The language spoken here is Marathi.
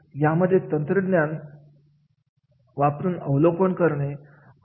यामध्ये तंत्रज्ञान वापरून अवलोकन करणे